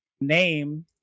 name